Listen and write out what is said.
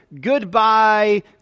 Goodbye